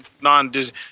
non-Disney